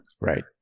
right